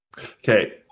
Okay